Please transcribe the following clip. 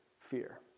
fear